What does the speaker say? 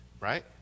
Right